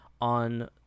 on